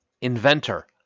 Inventor